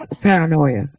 paranoia